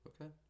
Okay